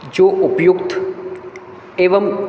जो उपयुक्त एवं